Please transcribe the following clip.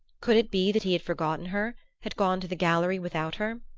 could it be that he had forgotten her, had gone to the gallery without her?